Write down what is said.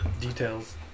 details